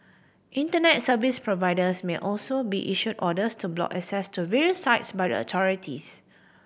Internet service providers may also be issued orders to block access to various sites by the authorities